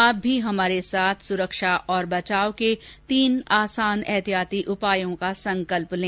आप भी हमारे साथ सुरक्षा और बचाव के तीन आसान एहतियाती उपायों का संकल्प लें